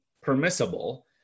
permissible